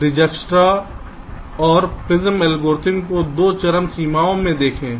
इस डिजकस्त्रा'स और Prim's algorithm को 2 चरम सीमाओं से देखें